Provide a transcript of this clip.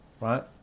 right